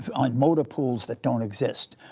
on motor pools that don't exist,